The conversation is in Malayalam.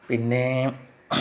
പിന്നെ